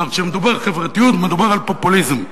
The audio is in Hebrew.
כשמדובר על חברתיות מדובר על פופוליזם.